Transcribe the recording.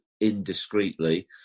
indiscreetly